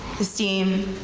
the steam,